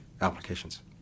applications